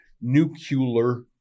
nuclear